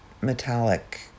metallic